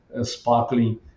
sparkling